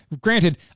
granted